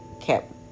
kept